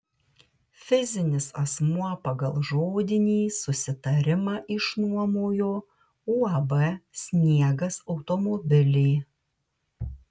fizinis asmuo pagal žodinį susitarimą išnuomojo uab sniegas automobilį